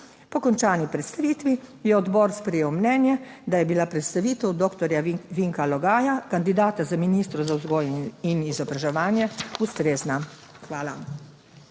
Po končani predstavitvi je odbor sprejel mnenje, da je bila predstavitev doktorja Vinka Logaja, kandidata za ministra za vzgojo in izobraževanje ustrezna. Hvala.